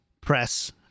Press